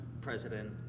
president